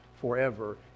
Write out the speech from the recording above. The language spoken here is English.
forever